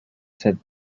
said